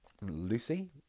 Lucy